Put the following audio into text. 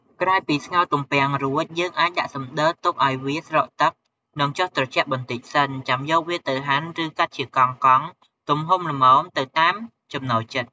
ក្រោយពីស្ងោរទំពាំងរួច យើងអាចដាក់សំដិលទុកឱ្យវាស្រក់ទឹក និងចុះត្រជាក់បន្តិចសិន ចាំយកវាទៅហាន់ ឬ កាត់ជាកង់ៗ ទំហំល្មមទៅតាមចំណូលចិត្ត។